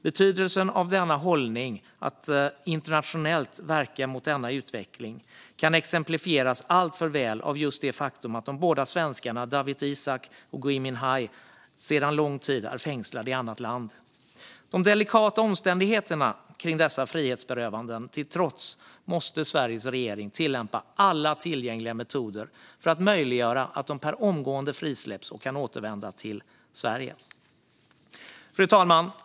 Betydelsen av denna hållning, att internationellt verka mot denna utveckling, kan exemplifieras alltför väl av just det faktum att de båda svenskarna Dawit Isaak och Gui Minhai sedan lång tid är fängslade i annat land. De delikata omständigheterna kring dessa frihetsberövanden till trots måste Sveriges regering tillämpa alla tillgängliga metoder för att möjliggöra att de per omgående frisläpps och kan återvända till Sverige. Fru talman!